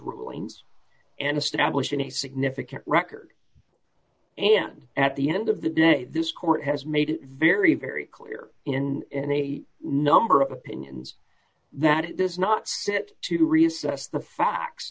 rulings and establishing a significant record and at the end of the day this court has made it very very clear in in a number of opinions that it does not fit to reassess the facts